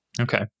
Okay